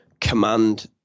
command